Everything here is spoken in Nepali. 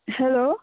हेलो